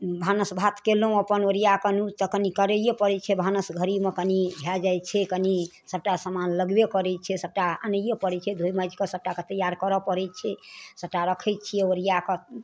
भानस भात केलहुँ अपन ओरिआकऽ तऽ यूज कनि करैए पड़ै छै भानस घड़ीमे कनि भऽ जाइ छै कनि सबटा समान लगबे करै छै सबटा अनैए पड़ै छै धोइ माँजिकऽ सबटाके तैआर करऽ पड़ै छै सबटा रखै छिए ओरिआकऽ